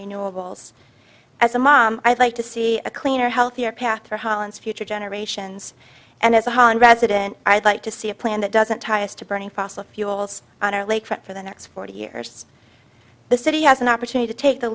renewables as a mom i'd like to see a cleaner healthier path for holland's future generations and as a whole and resident i'd like to see a plan that doesn't tie us to burning fossil fuels on our lake front for the next forty years the city has an opportunity to take the